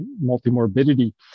multi-morbidity